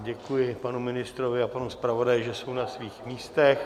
Děkuji panu ministrovi a panu zpravodaji, že jsou na svých místech.